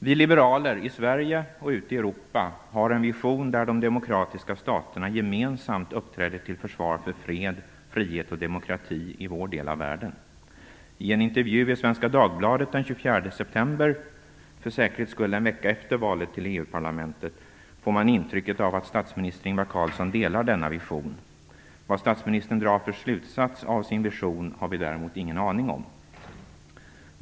Vi liberaler, i Sverige och ute i Europa, har en vision där de demokratiska staterna gemensamt uppträder till försvar för fred, frihet och demokrati i vår del av världen. I en intervju i Svenska Dagbladet den 24 september - för säkerhets skull en vecka efter valet till EU-parlamentet - får man intrycket av att statsminister Ingvar Carlsson delar denna vision. Vad statsministern drar för slutsats av sin vision har vi däremot ingen aning om.